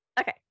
Okay